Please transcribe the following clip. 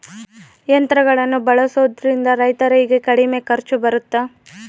ಯಂತ್ರಗಳನ್ನ ಬಳಸೊದ್ರಿಂದ ರೈತರಿಗೆ ಕಡಿಮೆ ಖರ್ಚು ಬರುತ್ತಾ?